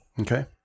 Okay